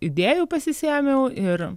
idėjų pasisėmiau ir